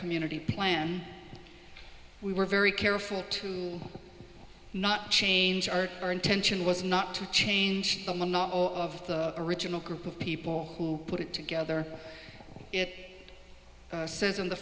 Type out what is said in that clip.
community plan we were very careful to not change our our intention was not to change the i'm not of the original group of people who put it together it says in the